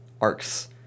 arcs